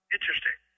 Interesting